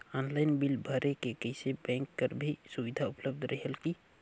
Online bill भरे से कइसे बैंक कर भी सुविधा उपलब्ध रेहेल की?